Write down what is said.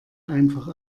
einfach